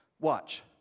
Watch